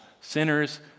sinners